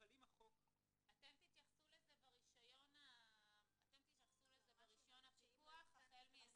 אתם תתייחסו לזה ברישיון הפיקוח החל מ-20.